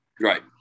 Right